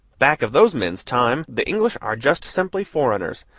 back of those men's time the english are just simply foreigners,